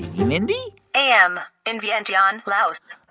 mindy. a m. in vientiane, laos